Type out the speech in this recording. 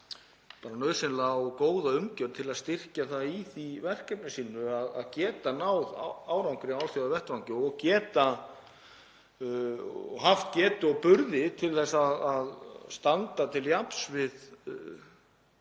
nauðsynlega og góða umgjörð til að styrkja það í því verkefni sínu að ná árangri á alþjóðavettvangi og það hafi getu og burði til þess að standa til jafns við